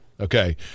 Okay